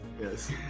yes